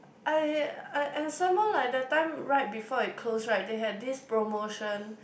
I I and some more like that time right before it close right they had this promotion